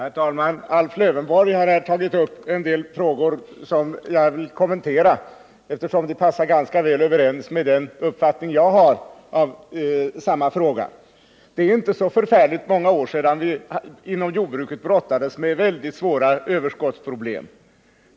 Herr talman! Alf Lövenborg har här tagit upp en del frågor som jag vill kommentera, eftersom hans uppfattning stämmer ganska väl överens med min i dessa frågor. Det är inte så förfärligt många år sedan som vi inom jordbruket brottades med mycket svåra överskottsproblem.